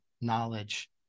knowledge